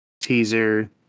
teaser